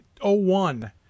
01